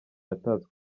yatatswe